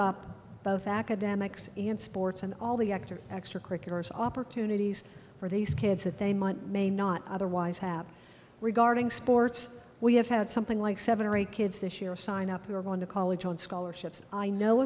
up both academics and sports and all the actors extracurriculars opportunities for these kids that they might may not otherwise have regarding sports we have had something like seven or eight kids this year sign up who are going to college on scholarships i know